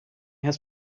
has